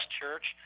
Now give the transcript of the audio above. church